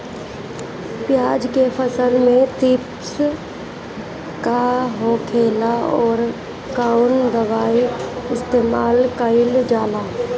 प्याज के फसल में थ्रिप्स का होखेला और कउन दवाई इस्तेमाल कईल जाला?